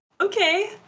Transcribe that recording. Okay